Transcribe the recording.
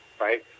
right